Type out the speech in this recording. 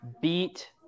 beat